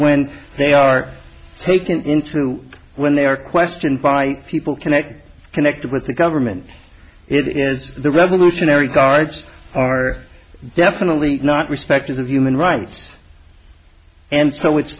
when they are taken into when they are questioned by people connected connected with the government it is the revolutionary guards are definitely not respect as of human rights and so it's